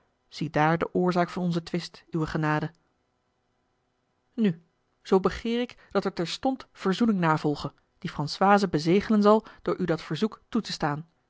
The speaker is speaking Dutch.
ziedaar de oorzaak van onzen twist uwe genade nu zoo begeer ik dat er terstond verzoening navolge die françoise bezegelen zal door u dat verzoek toe te staan